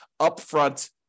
upfront